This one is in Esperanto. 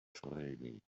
treni